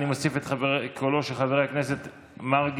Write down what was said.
ואני מוסיף את קולו של חבר הכנסת מרגי,